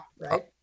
Right